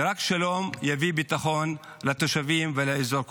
ורק שלום יביא ביטחון לתושבים ולאזור כולו.